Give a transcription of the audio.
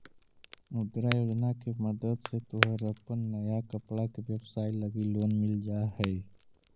मुद्रा योजना के मदद से तोहर अपन नया कपड़ा के व्यवसाए लगी लोन मिल जा हई